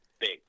big